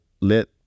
let